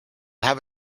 have